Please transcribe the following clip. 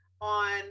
on